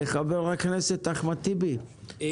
חבר הכנסת אחמד טיבי,